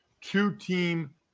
two-team